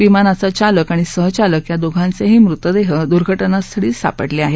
विमानाचा चालक आणि सहचालक या दोघांचेही मृतदेह दुघटनास्थळी सापडले आहेत